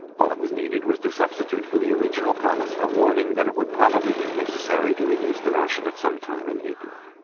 all that was needed was to substitute for the original promise a warning that it would probably be necessary to reduce the ration at some time in april.